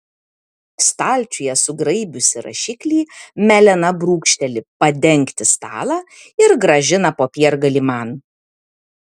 stalčiuje sugraibiusi rašiklį melena brūkšteli padengti stalą ir grąžina popiergalį man